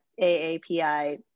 AAPI